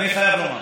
אני חייב לומר,